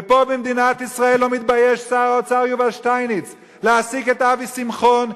ופה במדינת ישראל לא מתבייש שר האוצר יובל שטייניץ להעסיק את אבי שמחון,